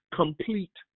complete